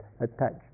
attached